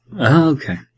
Okay